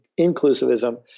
inclusivism